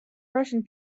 russian